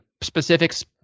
specifics